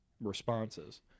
responses